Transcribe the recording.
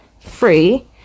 free